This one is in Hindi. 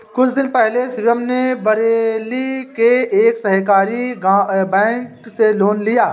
कुछ दिन पहले शिवम ने बरेली के एक सहकारी बैंक से लोन लिया